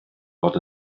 fod